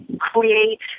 create